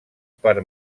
per